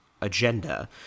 agenda